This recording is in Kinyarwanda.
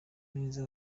neza